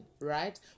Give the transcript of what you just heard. right